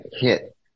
hit